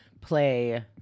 play